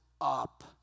up